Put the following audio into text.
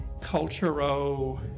cultural